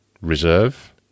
reserve